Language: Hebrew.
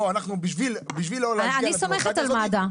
בואו אנחנו בשביל -- אני סומכת על מד"א,